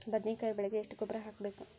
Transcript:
ಬದ್ನಿಕಾಯಿ ಬೆಳಿಗೆ ಎಷ್ಟ ಗೊಬ್ಬರ ಹಾಕ್ಬೇಕು?